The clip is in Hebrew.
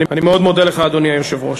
אני מאוד מודה לך, אדוני היושב-ראש.